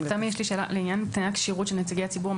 תמי יש לי שאלה לעניין תנאי הכשירות של נציגי הציבור.